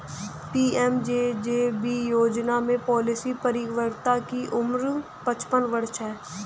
PMJJB योजना में policy परिपक्वता की उम्र पचपन वर्ष है